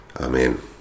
Amen